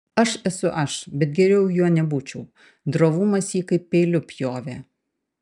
aš esu aš bet geriau juo nebūčiau drovumas jį kaip peiliu pjovė